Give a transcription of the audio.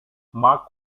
mark